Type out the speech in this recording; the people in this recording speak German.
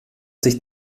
sich